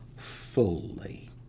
fully